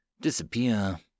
disappear